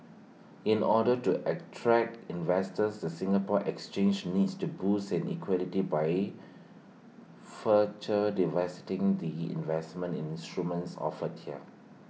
in order to attract investors the Singapore exchange needs to boost and liquidity by further de vesting the investment and instruments offered here